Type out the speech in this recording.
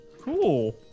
Cool